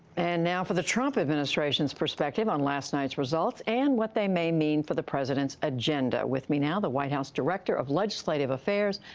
and now for the trump administration's perspective on last night's results, and what they may mean for the president's agenda. with me now, the white house director of legislative affairs,